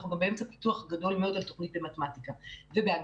אנחנו גם באמצע פיתוח גדול מאוד של תוכנית במתמטיקה ובאנגלית.